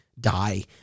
die